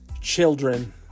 children